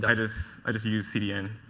i just i just use cdn.